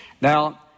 Now